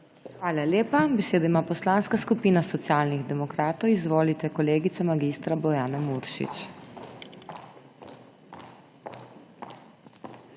Hvala lepa. Besedo ima Poslanska skupina Socialnih demokratov. Izvolite, kolegica mag. Bojana Muršič.